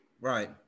Right